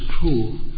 true